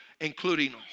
including